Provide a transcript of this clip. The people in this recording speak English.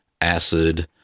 acid